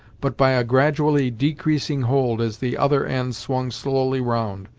but by a gradually decreasing hold as the other end swung slowly round,